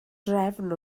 drefn